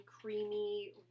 creamy